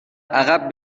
عقب